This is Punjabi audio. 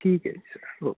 ਠੀਕ ਹੈ ਜੀ ਸਰ ਓਕੇ